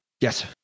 yes